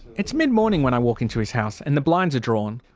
it's mid morning when i walk into his house, and the blinds are drawn.